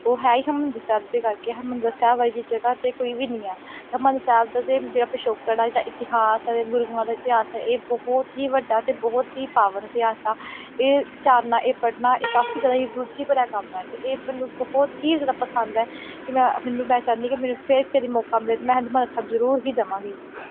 ਉਹ ਹੈ ਹੀ ਹਰਮੰਦਰ ਸਾਹਿਬ ਦੇ ਕਰਕੇ ਹੈ ਹਰਮੰਦਰ ਸਾਹਿਬ ਵਰਗੀ ਜਗ੍ਹਾ ਤਾਂ ਕੋਈ ਵੀ ਨਹੀਂ ਹੈ ਹਰਿਮੰਦਰ ਸਾਹਿਬ ਦਾ ਜਿਹੜਾ ਪਿਛੋਕੜ ਹੈ ਜਿਹੜਾ ਇਤਿਹਾਸ ਹੈ ਜਿਹੜਾ ਗੁਰੂਆਂ ਦਾ ਇਤਿਹਾਸ ਹੈ ਇਹ ਬਹੁਤ ਹੀ ਵੱਡਾ ਅਤੇ ਬਹੁਤ ਹੀ ਪਾਵਨ ਇਤਿਹਾਸ ਆ ਇਹ ਜਾਣਨਾ ਇਹ ਪੜ੍ਹਨਾ ਇਹ ਕਾਫ਼ੀ ਜ਼ਿਆਦਾ ਇੱਕ ਰੁਚੀ ਭਰਿਆ ਕੰਮ ਹੈ ਅਤੇ ਇਹ ਮੈਨੂੰ ਬਹੁਤ ਹੀ ਜ਼ਿਆਦਾ ਪਸੰਦ ਹੈ ਕਿ ਮੈਂ ਮੈਨੂੰ ਮੈਂ ਚਾਹੰਦੀ ਕਿ ਮੈਨੂੰ ਫਿਰ ਕਦੇ ਮੌਕਾ ਮਿਲੇ ਤਾਂ ਮੈਂ ਹਰਿਮੰਦਰ ਸਾਹਿਬ ਜ਼ਰੂਰ ਹੀ ਜਾਵਾਂਗੀ